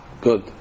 Good